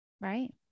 right